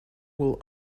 will